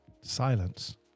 Silence